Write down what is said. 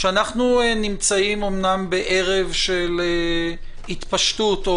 אנחנו נמצאים אומנם ערב התפשטות או